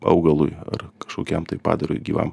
augalui ar kažkokiam tai padarui gyvam